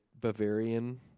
Bavarian